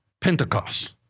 Pentecost